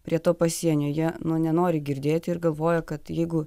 prie to pasienio jie nu nenori girdėti ir galvoja kad jeigu